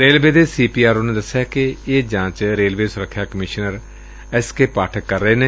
railway ਦੇ C P R O ਨੇ ਦਸਿਆ ਕਿ ਇਹ ਜਾਂਚ ਰੇਲਵੇ ਸੁਰੱਖਿਆ ਕਮਿਸ਼ਨਰ ਐਸ ਕੇ ਪਾਠਕ ਕਰ ਰਹੇ ਨੇ